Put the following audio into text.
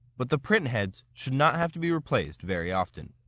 but the print heads should not have to be replaced very often.